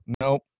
Nope